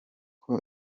com